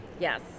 Yes